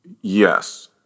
Yes